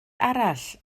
arall